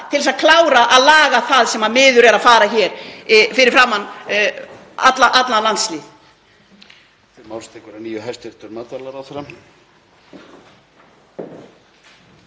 til að klára að laga það sem miður er að fara hér fyrir framan allan landslýð.